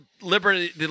Liberty